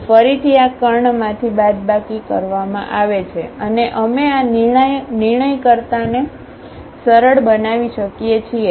તેથી ફરીથી આ કર્ણમાંથી બાદબાકી કરવામાં આવે છે અને અમે આ નિર્ણયકર્તાને સરળ બનાવી શકીએ છીએ